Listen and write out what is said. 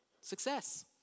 success